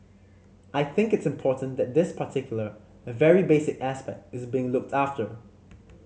I think it's important that this particular very basic aspect is being looked after